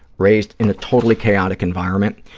raised in a totally chaotic environment,